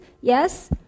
yes